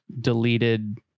deleted